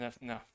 no